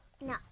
No